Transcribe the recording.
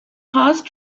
paused